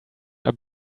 are